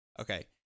Okay